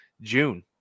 June